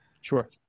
Sure